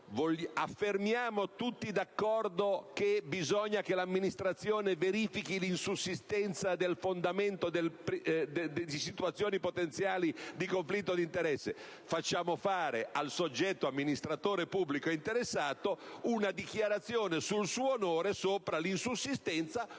affermiamo che bisogna che l'amministrazione verifichi l'insussistenza del fondamento di situazioni potenziali di conflitto d'interesse), facciamo fare al soggetto amministratore pubblico interessato una dichiarazione sul suo onore sopra l'insussistenza, oppure la